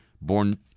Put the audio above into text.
born